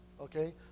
okay